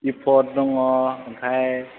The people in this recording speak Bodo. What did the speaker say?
इपर्ट दङ ओमफ्राय